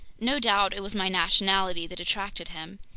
no doubt it was my nationality that attracted him.